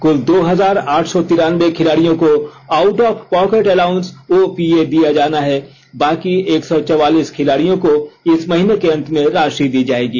क्ल दो हजार आठ सौ तिरानवें खिलाड़ियों को out of pocket allowance OPA दिया जाना है बाकि एक सौ चौवालीस खिलाड़ियों को इस महीने के अंत में राषि दी जायेगी